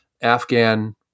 Afghan